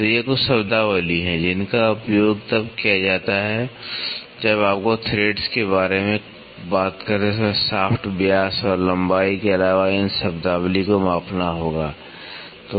तो ये कुछ शब्दावली हैं जिनका उपयोग तब किया जाता है जब आपको थ्रेड्स के बारे में बात करते समय शाफ्ट व्यास और लंबाई के अलावा इन शब्दावली को मापना होता है